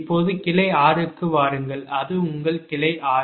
இப்போது கிளை 6 க்கு வாருங்கள் அது உங்கள் கிளை 6